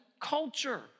culture